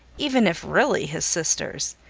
even if really his sisters!